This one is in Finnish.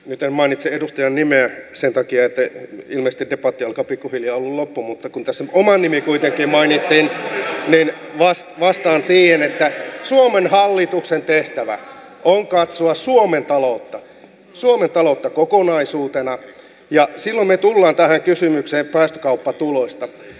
nyt en mainitse edustajan nimeä sen takia että ilmeisesti debatti alkaa pikkuhiljaa olla loppu mutta kun tässä oma nimi kuitenkin mainittiin niin vastaan että suomen hallituksen tehtävä on katsoa suomen taloutta kokonaisuutena ja silloin me tulemme tähän kysymykseen päästökauppatuloista